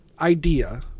idea